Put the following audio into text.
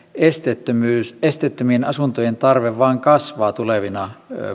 esteettömien asuntojen tarve vain kasvaa tulevina